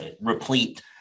replete